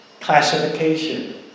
classification